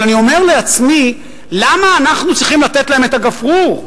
אבל אני אומר לעצמי: למה אנחנו צריכים לתת להם את הגפרור?